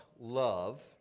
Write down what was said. love